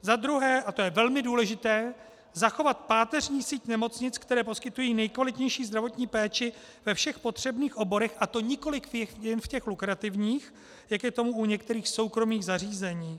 Za druhé, a to je velmi důležité, zachovat páteřní síť nemocnic, které poskytují nejkvalitnější zdravotní péči ve všech potřebných oborech, a to nikoliv jen v těch lukrativních, jak je tomu u některých soukromých zařízení.